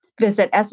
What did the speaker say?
Visit